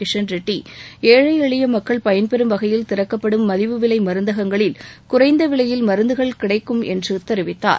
கிஷன் ரெட்டி ஏழை எளிய மக்கள் பயன்பெறும் வகையில் திறக்கப்படும் மலிவு விலை மருந்தகங்களில் குறைந்த விலையில் மருந்துகள் கிடைப்படும் என்று தெரிவித்தார்